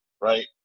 right